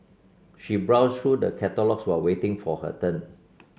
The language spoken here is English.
she browsed through the catalogues while waiting for her turn